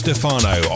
Stefano